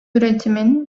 üretimin